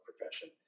profession